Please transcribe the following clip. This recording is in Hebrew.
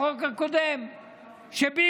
זה כמו שהיה בחוק הקודם,